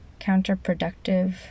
counterproductive